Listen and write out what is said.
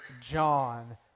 John